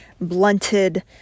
blunted